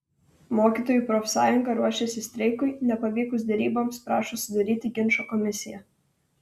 mokytojų profsąjunga ruošiasi streikui nepavykus deryboms prašo sudaryti ginčo komisiją